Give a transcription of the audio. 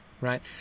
right